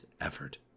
effort